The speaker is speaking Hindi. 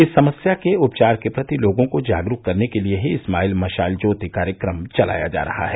इस समस्या के उपचार के प्रति लोगों को जागरूक करने के लिये ही स्माइल मशाल ज्योति कार्यक्रम चलाया जा रहा है